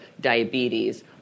diabetes